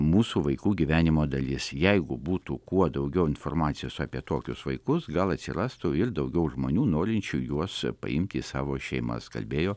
mūsų vaikų gyvenimo dalis jeigu būtų kuo daugiau informacijos apie tokius vaikus gal atsirastų ir daugiau žmonių norinčių juos paimti į savo šeimas kalbėjo